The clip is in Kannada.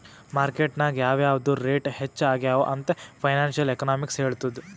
ಮಾರ್ಕೆಟ್ ನಾಗ್ ಯಾವ್ ಯಾವ್ದು ರೇಟ್ ಹೆಚ್ಚ ಆಗ್ಯವ ಅಂತ್ ಫೈನಾನ್ಸಿಯಲ್ ಎಕನಾಮಿಕ್ಸ್ ಹೆಳ್ತುದ್